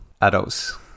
adults